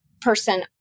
person